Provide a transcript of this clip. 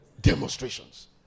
Demonstrations